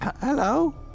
Hello